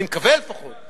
אני מקווה, לפחות.